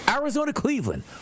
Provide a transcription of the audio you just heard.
Arizona-Cleveland